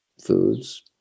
foods